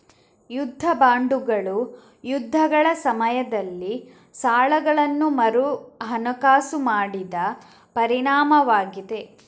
ಯುದ್ಧ ಬಾಂಡುಗಳು ಯುದ್ಧಗಳ ಸಮಯದಲ್ಲಿ ಸಾಲಗಳನ್ನು ಮರುಹಣಕಾಸು ಮಾಡಿದ ಪರಿಣಾಮವಾಗಿದೆ